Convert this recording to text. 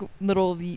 little